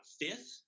fifth